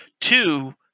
Two